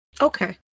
Okay